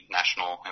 national